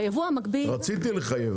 ביבוא המקביל --- רציתי לחייב,